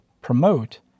promote